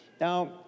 Now